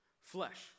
flesh